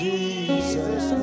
Jesus